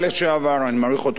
אני מעריך אותו כאיש צבא,